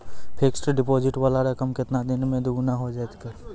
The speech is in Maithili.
फिक्स्ड डिपोजिट वाला रकम केतना दिन मे दुगूना हो जाएत यो?